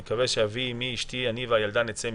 אני מקווה שאבי, אימי, אשתי, אני והילדה נצא מזה".